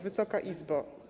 Wysoka Izbo!